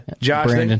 Josh